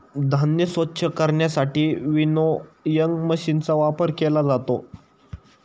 धान्य स्वच्छ करण्यासाठी विनोइंग मशीनचा वापर केला जातो